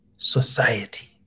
Society